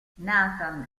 nathan